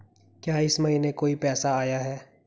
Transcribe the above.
क्या इस महीने कोई पैसा आया है?